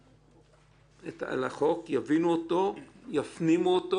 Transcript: יידעו את החוק, יבינו אותו, יפנימו אותו